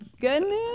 goodness